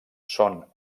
són